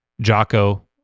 Jocko